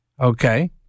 Okay